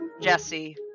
Jesse